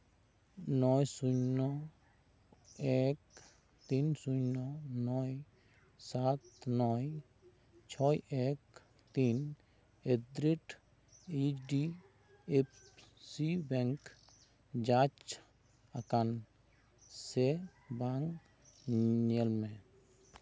ᱱᱚᱭ ᱥᱩᱱᱱᱚ ᱮᱠ ᱛᱤᱱ ᱥᱩᱱᱱᱚ ᱱᱚᱭ ᱥᱟᱛ ᱱᱚᱭ ᱪᱷᱚᱭ ᱮᱠ ᱛᱤᱱ ᱮᱫᱛᱨᱤᱰ H D F C bank ᱡᱟᱡᱽ ᱟᱠᱟᱱ ᱥᱮ ᱵᱟᱝ ᱧᱮᱞ ᱢᱮ